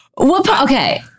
Okay